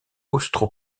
austro